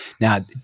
Now